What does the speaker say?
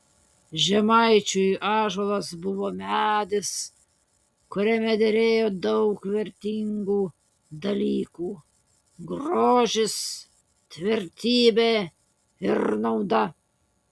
žemaičiui ąžuolas buvo medis kuriame derėjo daug vertingų dalykų grožis tvirtybė ir nauda